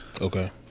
Okay